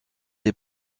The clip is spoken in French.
les